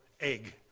egg